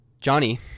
Johnny